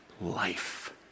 life